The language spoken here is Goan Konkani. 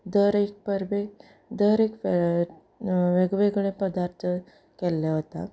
दर एक परबेक दर एक वेगवेगळे पदार्थ केल्ले वतात